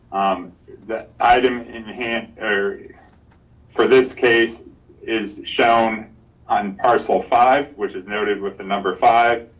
um the item in hand or for this case is shown on parcel five, which has noted with the number five.